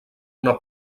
una